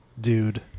dude